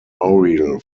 memorial